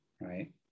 Right